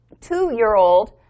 two-year-old